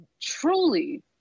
truly